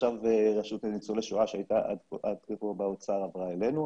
עכשיו הרשות לניצולי שואה שהייתה עד כה באוצר ועכשיו עברה אלינו,